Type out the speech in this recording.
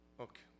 Okay